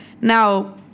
Now